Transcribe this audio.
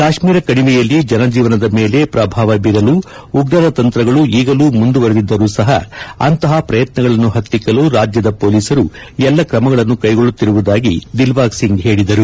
ಕಾಶ್ಮೀರ ಕಣಿವೆಯಲ್ಲಿ ಜನಜೀವನದ ಮೇಲೆ ಪ್ರಭಾವಬೀರಲು ಉಗ್ರರ ತಂತ್ರಗಳು ಈಗಲೂ ಮುಂದುವರೆದಿದ್ದರೂ ಸಹ ಅಂತಹ ಪ್ರಯತ್ನಗಳನ್ನು ಹತ್ತಿಕ್ಕಲು ರಾಜ್ಯದ ಪೊಲೀಸರು ಎಲ್ಲಾ ಕ್ರಮಗಳನ್ನು ಕೈಗೊಳ್ಳುತ್ತಿರುವುದಾಗಿ ದಿಲ್ಬಾಗ್ ಸಿಂಗ್ ಹೇಳಿದರು